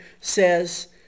says